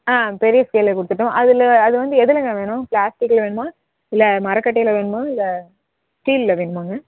ஆ பெரிய ஸ்கேலே கொடுத்துட்டுமா அதில் அது வந்து எதுலேங்க வேணும் ப்ளாஸ்டிகில் வேணுமா இல்லை மரக்கட்டையில் வேணுமா இல்லை ஸ்டீலில் வேணுமாங்க